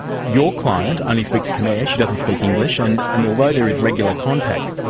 your client only speaks khmer, she doesn't speak english, and and although there is regular contact,